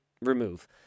remove